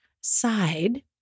side